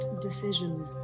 decision